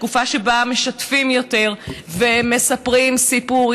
תקופה שבה משתפים יותר ומספרים סיפור.